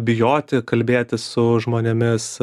bijoti kalbėtis su žmonėmis